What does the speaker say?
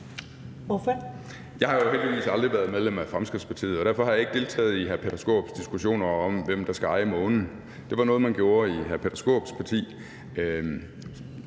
(LA): Jeg har jo heldigvis aldrig været medlem af Fremskridtspartiet, og derfor har jeg ikke deltaget i hr. Peter Skaarups diskussioner om, hvem der skal eje månen. Det var noget, man gjorde i hr. Peter Skaarups parti,